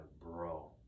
bro